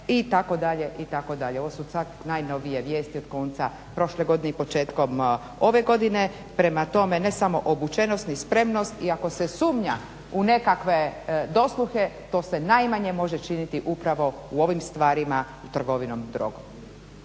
marihuane itd., itd. ovo su sada najnovije vijesti od konca prošle godine i početkom ove godine. prema tome ne samo obučenost i spremnost i ako se sumnja u nekakve dosluhe to se najmanje može činiti upravo u ovim stvarima trgovinom drogom.